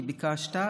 כי ביקשת.